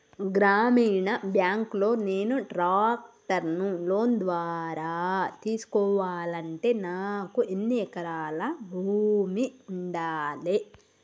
గ్రామీణ బ్యాంక్ లో నేను ట్రాక్టర్ను లోన్ ద్వారా తీసుకోవాలంటే నాకు ఎన్ని ఎకరాల భూమి ఉండాలే?